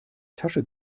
tasche